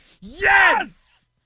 yes